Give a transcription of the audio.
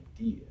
idea